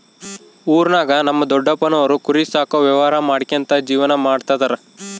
ಊರಿನಾಗ ನಮ್ ದೊಡಪ್ಪನೋರು ಕುರಿ ಸಾಕೋ ವ್ಯವಹಾರ ಮಾಡ್ಕ್ಯಂತ ಜೀವನ ಮಾಡ್ತದರ